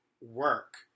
work